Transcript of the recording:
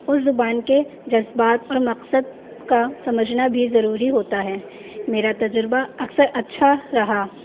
اس زبان کے جذبات اور مقصد کا سمجھنا بھی ضروری ہوتا ہے میرا تجربہ اکثر اچھا رہا